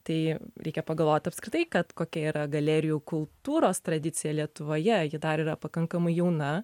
tai reikia pagalvot apskritai kad kokia yra galerijų kultūros tradicija lietuvoje dar yra pakankamai jauna